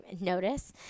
Notice